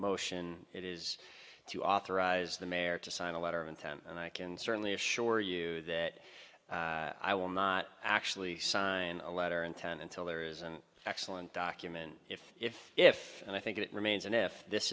motion it is to authorize the mayor to sign a letter of intent and i can certainly assure you that i will not actually sign a letter in ten until there is an excellent document if if if and i think it remains and if this